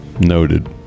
Noted